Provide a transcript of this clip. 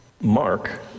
Mark